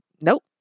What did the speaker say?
nope